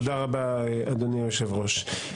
תודה רבה אדוני היושב-ראש.